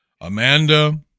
Amanda